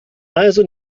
also